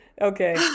Okay